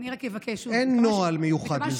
אין נוהל מיוחד לזה.